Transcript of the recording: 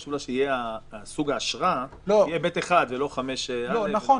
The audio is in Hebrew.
חשוב לה שסוג האשרה תהיה ב'1 ולא --- נכון.